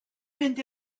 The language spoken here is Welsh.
mynd